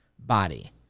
body